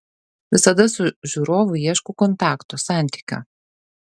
visada su žiūrovu ieškau kontakto santykio